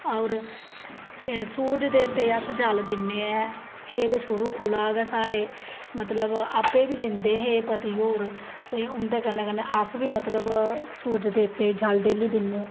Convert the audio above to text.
होर सूरज देवते गी अस जल दिन्ने ऐं एह् ते शुरू कोला गै साढ़े मतलब आपें बी दिंदे हे पति होर ते उं'दे कन्नै कन्नै अस बी मतलब सूरज देवते गी जल डेली दिन्नें